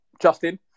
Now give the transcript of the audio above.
Justin